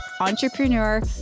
entrepreneur